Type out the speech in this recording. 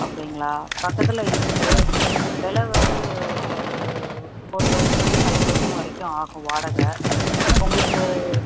அப்படிங்களா பக்கத்தில் இருக்கு வில வந்து ஒரு ஃபோர் தௌசண்ட்லேருந்து ஃபைவ் தௌசண்ட் வரைக்கும் ஆகும் வாடகை உங்களுக்கு